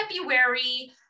February